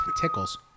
Tickles